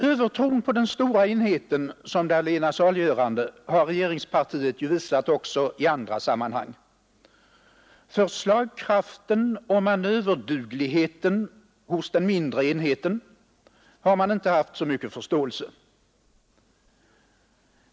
Övertron på den stora enheten som det allena saliggörande har regeringspartiet ju visat också i andra sammanhang. För slagkraften och manöverdugligheten hos den mindre enheten har man inte haft så stor förståelse.